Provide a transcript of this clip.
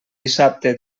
dissabte